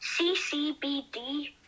CCBD